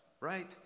right